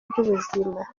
by’ubuzima